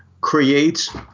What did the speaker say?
creates